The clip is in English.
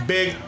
Big